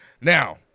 Now